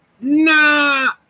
nah